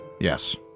Yes